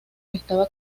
estaba